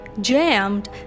jammed